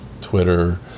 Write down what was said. Twitter